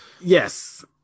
Yes